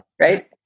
Right